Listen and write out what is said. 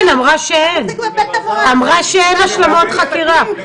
אם היא מדברת על השלמות חקירה,